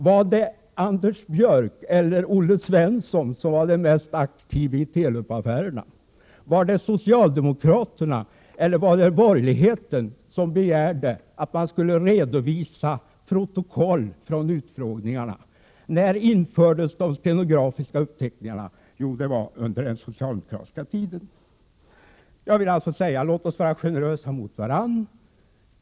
Var det Anders Björck eller Olle Svensson som var den mest aktive i Telub-affären? Var det socialdemokraterna eller de borgerliga som begärde att man skulle redovisa protokoll från utfrågningarna? När infördes de stenografiska uppteckningarna? Jo, det var under den socialdemokratiska tiden. Låt oss vara generösa mot varandra.